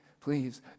Please